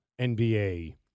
NBA